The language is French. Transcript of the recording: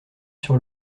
sur